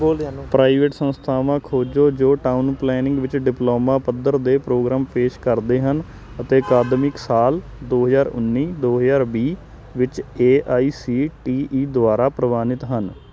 private ਸੰਸਥਾਵਾਂ ਖੋਜੋ ਜੋ ਟਾਊਨ ਪਲਾਨਿੰਗ ਵਿੱਚ ਡਿਪਲੋਮਾ ਪੱਧਰ ਦੇ ਪ੍ਰੋਗਰਾਮ ਪੇਸ਼ ਕਰਦੇ ਹਨ ਅਤੇ ਅਕਾਦਮਿਕ ਸਾਲ ਦੋ ਹਜ਼ਾਰ ਉੱਨੀ ਦੋ ਹਜ਼ਾਰ ਵੀਹ ਵਿੱਚ A I C T E ਦੁਆਰਾ ਪ੍ਰਵਾਨਿਤ ਹਨ